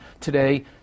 today